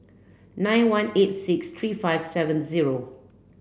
nine one eight six three five seven zero